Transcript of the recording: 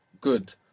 Good